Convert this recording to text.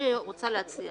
רוצה להציע